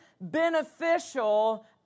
beneficial